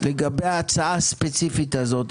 לגבי ההצעה הספציפית הזאת,